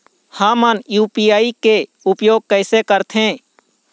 हमन यू.पी.आई के उपयोग कैसे करथें?